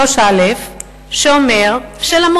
3א, שאומר שאומנם